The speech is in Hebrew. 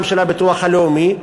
גם של הביטוח הלאומי,